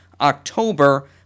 October